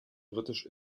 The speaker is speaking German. britisch